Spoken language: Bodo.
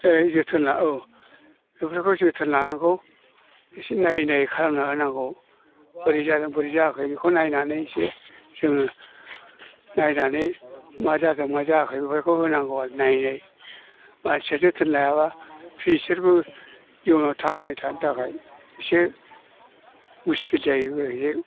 फ्राय जोथोन ला औ बेफोरखौ जोथोन लानांगौ एसे नायै नायै खालामना होनांगौ बोरै जागोन बोरै जायाखै बेखौ नायनानै एसे जोङो नायनानै मा जादों मा जायाखै बेफोरखौ होनांगौ आरो नायै नायै मानसिया जोथोन लायाब्ला बिसोरबो इयुनाव थांना थानो थाखाय एसे मुस्किल जायो बिसोरहा